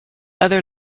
other